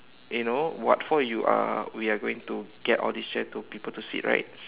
you know what for you are we are going to get all these chairs to people to sit right